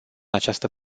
această